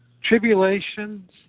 Tribulations